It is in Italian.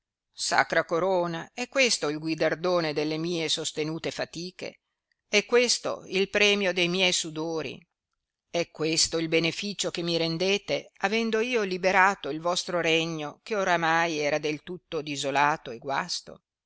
sacra corona è questo il guidardone delle mie sostenute fatiche è questo il premio de miei sudori è questo il beneficio che mi rendete avendo io liberato il vostro regno che oramai era del tutto disolato e guasto